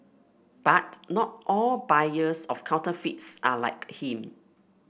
but not all buyers of counterfeits are like him